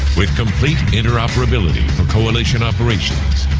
with complete interoperability for coalition operations,